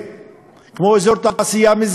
כמו אזור תעשייה בר-לב,